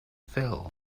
fell